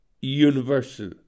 universal